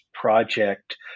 project